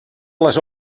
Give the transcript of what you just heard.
les